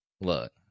look